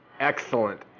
Excellent